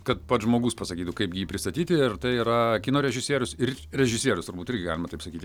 kad pats žmogus pasakytų kaip jį pristatyti ir tai yra kino režisierius ir režisierius turbūt irgi galima taip sakyti